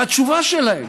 התשובה שלהם,